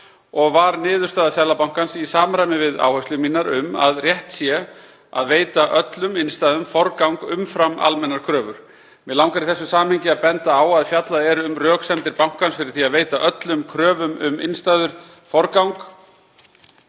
og var niðurstaða bankans í samræmi við áherslur mínar um að rétt sé að veita öllum innstæðum forgang umfram almennar kröfur. Mig langar í þessu samhengi að benda á að fjallað er um röksemdir bankans fyrir því að veita öllum kröfum um innstæður forgang